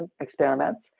experiments